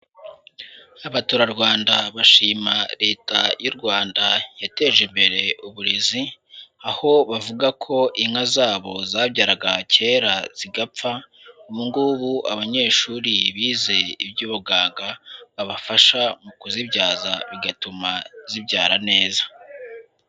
Abaturarwanda bashima Leta y'u Rwanda yateje imbere uburezi, aho bavuga ko inka zabo zabyaraga kera zigapfa, ubu ngubu abanyeshuri bize iby'ubuganga babafasha mu kuzibyaza bigatuma zibyara neza.